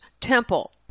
temple